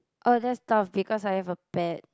oh that's though because I have a bad